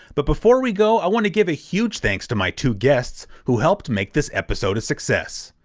but before we go i want to give a huge thanks to my two guests, who helped make this episode a success.